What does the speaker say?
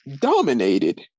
dominated